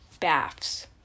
baths